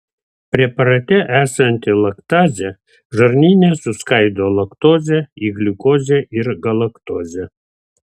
preparate esanti laktazė žarnyne suskaido laktozę į gliukozę ir galaktozę